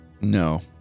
No